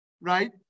right